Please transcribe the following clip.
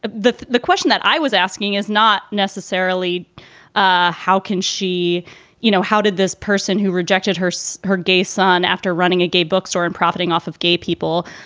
the the question that i was asking is not necessarily ah how can she you know, how did this person who rejected her see her gay son after running a gay bookstore and profiting off of gay people,